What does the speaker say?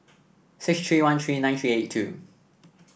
six three one three nine three eight two